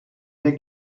wir